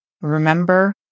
Remember